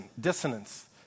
dissonance